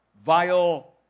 vile